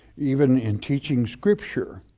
even in teaching scripture,